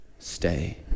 Stay